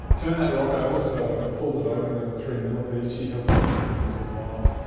turn that rock over. so, i pulled it over and there were three millipedes. she helped me get them into a vial.